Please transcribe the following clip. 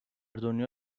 دنیا